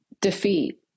defeat